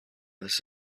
this